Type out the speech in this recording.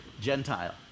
Gentile